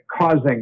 causing